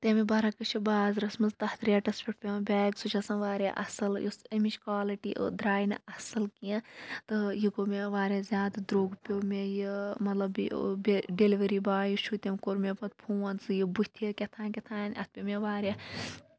تمہِ بَرعکٕس چھِ بازرَس مَنٛز تَتھ ریٹَس پٮ۪ٹھ پیٚوان بیگ سُہ چھُ آسان واریاہ اصل یُس اَمِچ کالٹی درایہ نہٕ اصل کیٚنٛہہ تہٕ یہِ گوٚو مےٚ واریاہ زیادٕ درٛوگ پیٚو مےٚ یہِ مطلب بیٚیہِ بیٚیہِ ڈیلِؤری باے یُس چھُ تٔمۍ کوٚر مےٚ پَتہٕ فون ژٕ یہِ بٕتھہِ کٮ۪تھانۍ کٮ۪تھانۍ اَتھ پیٚو مےٚ واریاہ